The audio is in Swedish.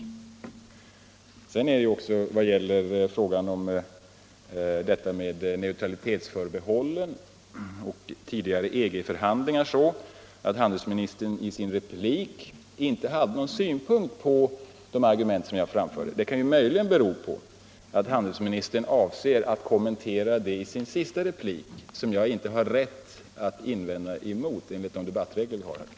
Handelsministern hade i sin replik inga synpunkter på de argument beträffande neutralitetsförbehåll och tidigare EG-förhandlingar som jag framförde. Det kan möjligen bero på att handelsministern avser att kom 81 mentera dem i sin sista replik, som jag enligt de debattregler vi har inte har rätt att invända emot.